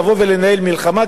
לבוא ולנהל מלחמה,